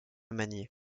manier